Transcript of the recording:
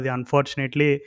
Unfortunately